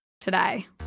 Today